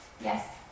Yes